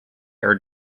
air